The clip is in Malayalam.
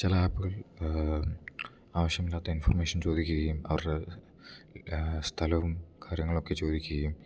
ചില ആപ്പുകൾ ആവശ്യമില്ലാത്ത ഇൻഫർമേഷൻ ചോദിക്കുകയും അവരുടെ സ്ഥലവും കാര്യങ്ങൾ ഒക്കെ ചോദിക്കുകയും